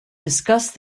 discussed